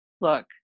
Look